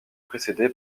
précédée